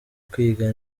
kwiga